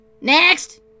Next